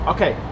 Okay